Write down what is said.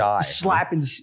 slapping